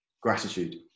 gratitude